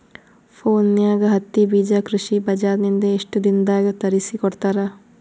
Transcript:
ಫೋನ್ಯಾಗ ಹತ್ತಿ ಬೀಜಾ ಕೃಷಿ ಬಜಾರ ನಿಂದ ಎಷ್ಟ ದಿನದಾಗ ತರಸಿಕೋಡತಾರ?